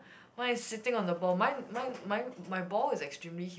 mine is sitting on the ball mine mine mine my ball is extremely